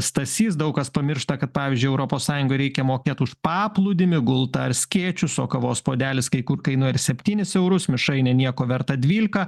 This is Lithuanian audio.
stasys daug kas pamiršta kad pavyzdžiui europos sąjungoj reikia mokėt už paplūdimį gultą ar skėčius o kavos puodelis kai kur kainuoja ir septynis eurus mišrainė nieko verta dvylika